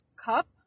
cup